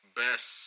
best